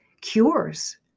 cures